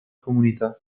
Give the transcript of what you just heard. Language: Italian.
comunità